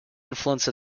influence